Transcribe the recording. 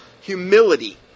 Humility